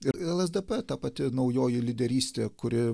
ir lsdp ta pati naujoji lyderystė kuri